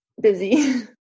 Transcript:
busy